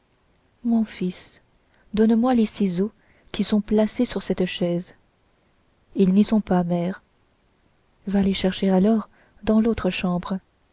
mon fils donne-moi les ciseaux qui sont placés sur cette chaise ils n'y sont pas mère va les chercher alors dans l'autre chambre